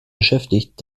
beschäftigt